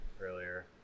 earlier